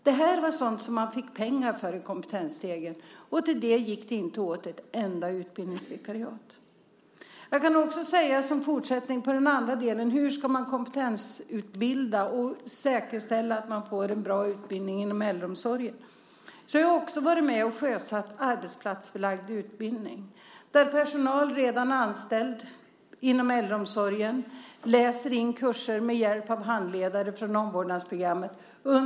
Det var sådant man fick pengar för i Kompetensstegen, och till det gick det inte åt ett enda utbildningsvikariat. Som en fortsättning på den andra delen kan jag säga, beträffande hur man kan kompetensutbilda och säkerställa en bra utbildning inom äldreomsorgen, att jag också varit med och sjösatt arbetsplatsbelagd utbildning där personal, redan anställd inom äldreomsorgen, under sin arbetstid läser in kurser med hjälp av handledare från omvårdnadsprogrammet.